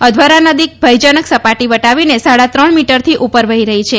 અધ્વરા નદી ભયજનક સપાટી વટાવીને સાડા ત્રણ મીટરથી ઉપર વહી રહી છે